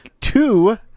two